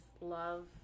love